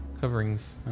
coverings